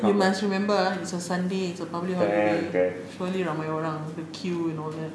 you must remember ah it's a sunday it's a public holiday surely ramai orang the queue and all that